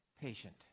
patient